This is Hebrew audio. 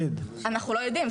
אנחנו לא יודעים.